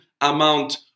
amount